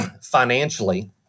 financially